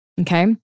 okay